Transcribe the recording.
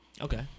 Okay